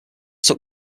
took